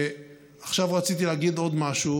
עכשיו רציתי להגיד עוד משהו,